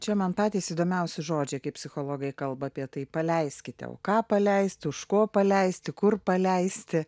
čia man patys įdomiausi žodžiai kaip psichologai kalba apie tai paleiskite o ką paleisti už ko paleisti kur paleisti